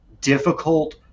difficult